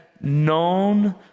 known